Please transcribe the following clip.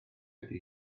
ydy